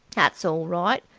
that's orl right.